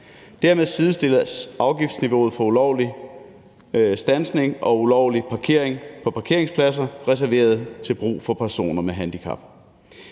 Dermed sidestilles afgiftsniveauet for ulovlig standsning og ulovlig parkering på parkeringspladser reserveret til brug for personer med handicap.